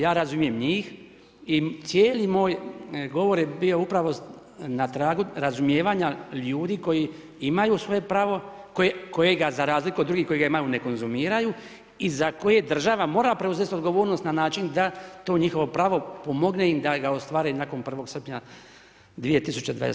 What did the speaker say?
Ja razumijem njih i cijeli moj govor je bio upravo na tragu razumijevanja ljudi koji imaju svoje pravo, kojega za razliku od drugih koji ga imaju a ne konzumiraju, i za koje država mora preuzeti odgovornost na način da to njihovo pravo pomogne im da ga ostvare i nakon 1. srpnja 2023.